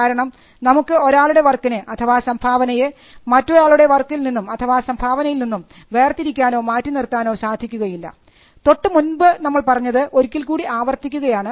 കാരണം നമുക്ക് ഒരാളുടെ വർക്കിനെ അഥവാ സംഭാവനയെ മറ്റൊരാളുടെ വർക്കിൽ നിന്നും അഥവാ സംഭാവനയിൽ നിന്നും വേർതിരിക്കാനോ മാറ്റി നിർത്താനോ സാധിക്കുകയില്ല തൊട്ടുമുൻപ് നമ്മൾ പറഞ്ഞത് ഒരിക്കൽകൂടി ആവർത്തിക്കുകയാണ്